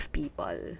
people